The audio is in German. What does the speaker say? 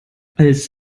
als